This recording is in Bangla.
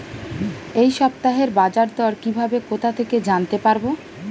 এই সপ্তাহের বাজারদর কিভাবে কোথা থেকে জানতে পারবো?